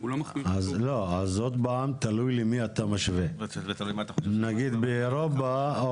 האם בהשוואה לאירופה,